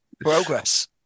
Progress